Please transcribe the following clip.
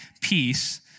peace